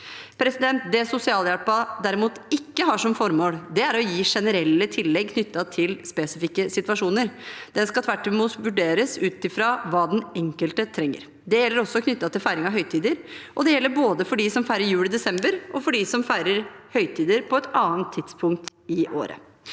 unges behov. Det sosialhjelpen derimot ikke har som formål, er å gi generelle tillegg knyttet til spesifikke situasjoner. Den skal tvert imot vurderes ut fra hva den enkelte trenger. Det gjelder også knyttet til feiring av høytider. Og det gjelder både for dem som feirer jul i desember, og for dem som feirer høytider på andre tidspunkter i året.